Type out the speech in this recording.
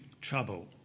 trouble